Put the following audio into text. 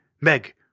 Meg